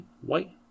White